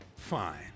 fine